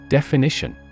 Definition